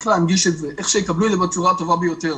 להנגיש את זה, איך שיקבלו בצורה הטובה ביותר.